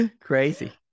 crazy